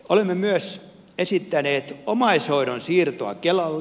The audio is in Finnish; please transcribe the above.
olemme myös esittäneet omaishoidon siirtoa kelalle